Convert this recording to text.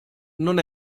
non